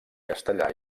castellà